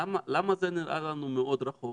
למה זה נראה לנו מאוד רחוק?